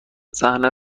صحنه